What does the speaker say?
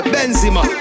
Benzema